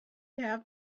have